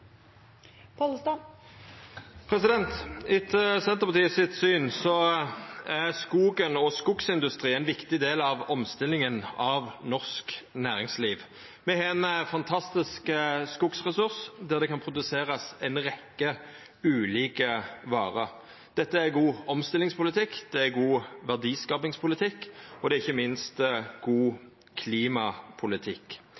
er skogen og skogindustrien ein viktig del av omstillinga av norsk næringsliv. Me har ein fantastisk skogsressurs, der det kan produserast ei rekkje ulike varer. Dette er god omstillingspolitikk, det er god verdiskapingspolitikk, og det er ikkje minst